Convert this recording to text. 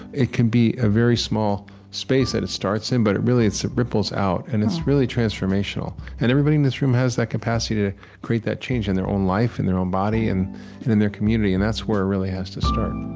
it can be a very small space that it starts in but, really, it ripples out and it's really transformational. and everybody in this room has that capacity to create that change in their own life, in their own body, and in in their community, and that's where it really has to start